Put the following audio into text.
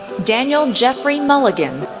daniel jeffrey mulligan,